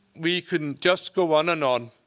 we can just go on and on.